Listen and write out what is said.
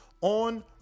On